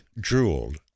drooled